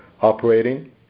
operating